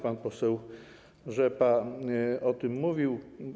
Pan poseł Rzepa o tym mówił.